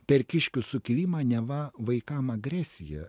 per kiškių sukilimą neva vaikam agresiją